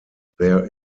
there